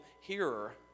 hearer